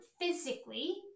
physically